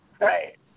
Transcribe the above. Right